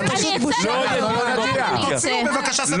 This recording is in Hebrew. צא, בבקשה.